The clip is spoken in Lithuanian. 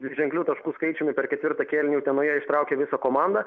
dviženkliu taškų skaičiumi per ketvirtą kėlinį utenoje ištraukė visą komandą